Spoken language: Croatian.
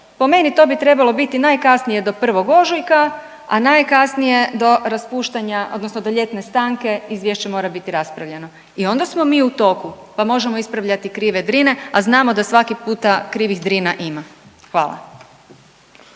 Po meni to bi trebalo biti najkasnije do 1. ožujka, a najkasnije do raspuštanja odnosno do ljetne stanke izvješće mora biti raspravljeno. I onda smo mi u toku pa možemo ispravljati krive Drine, a znamo da svakih puta krivih Drina ima. Hvala.